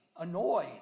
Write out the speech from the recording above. annoyed